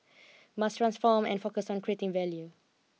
must transform and focus on creating value